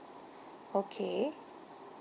okay